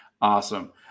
awesome